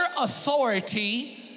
authority